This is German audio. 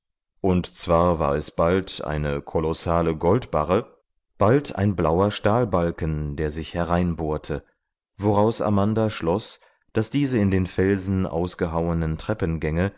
und zwar war es bald eine kolossale goldbarre bald ein blauer stahlbalken der sich hereinbohrte woraus amanda schloß daß diese in den felsen ausgehauenen treppengänge